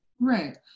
Right